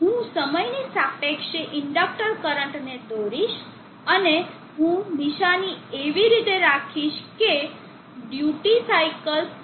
હું સમયની સાપેક્ષે ઇન્ડક્ટર કરંટને દોરીશ અને હું નિશાની એવી રીતે રાખીશ કે ડ્યુટી સાઇકલ 0